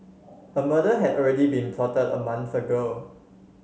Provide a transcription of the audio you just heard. a murder had already been plotted a month ago